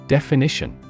Definition